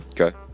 Okay